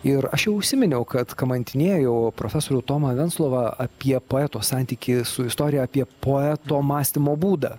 ir aš jau užsiminiau kad kamantinėjau profesorių tomą venclovą apie poeto santykį su istorija apie poeto mąstymo būdą